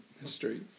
history